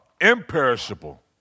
imperishable